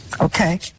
Okay